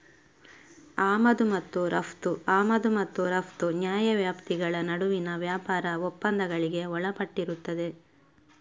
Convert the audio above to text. ಆಮದು ಮತ್ತು ರಫ್ತು ಆಮದು ಮತ್ತು ರಫ್ತು ನ್ಯಾಯವ್ಯಾಪ್ತಿಗಳ ನಡುವಿನ ವ್ಯಾಪಾರ ಒಪ್ಪಂದಗಳಿಗೆ ಒಳಪಟ್ಟಿರುತ್ತದೆ